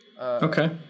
Okay